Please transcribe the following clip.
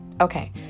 Okay